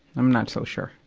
i'm not so sure.